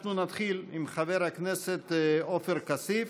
אנחנו נתחיל עם חבר הכנסת עופר כסיף.